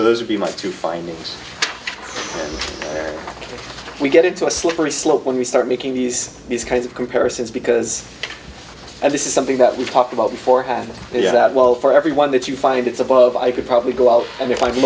those would be my two findings we get into a slippery slope when we start making these these kinds of comparisons because this is something that we've talked about before handing it out well for everyone that you find it's above i could probably go out and if i'm